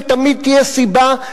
ותמיד תהיה סיבה,